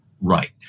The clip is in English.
right